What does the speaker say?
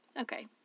Okay